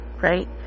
right